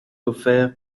offert